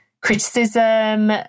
criticism